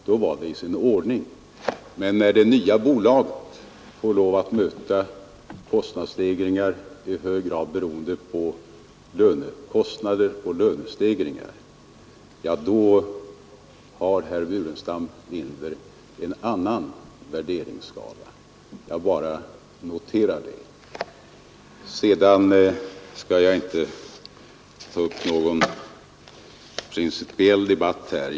Då var det i sin ordning med prishöjningar, men när det nya bolaget får kostnadsökningar, i hög grad beroende på lönestegringar, har herr Burenstam Linder en annan värderingsskala. Jag bara noterar det. Jag skall vidare inte ta upp någon principiell debatt i denna fråga.